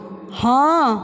ହଁ